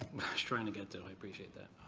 trying to get to it. i appreciate that.